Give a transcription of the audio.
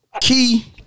Key